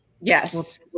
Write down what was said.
Yes